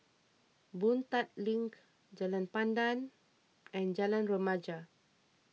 Boon Tat Link Jalan Pandan and Jalan Remaja